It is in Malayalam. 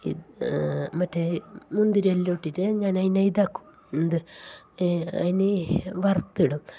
മറ്റേ മുന്തിരി എല്ലാം ഇട്ടിട്ടു ഞാൻ അതിനെ ഇതാക്കും എന്ത് അതിനെ വറുത്തിടും